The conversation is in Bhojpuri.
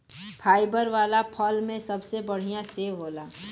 फाइबर वाला फल में सबसे बढ़िया सेव होला